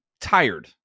tired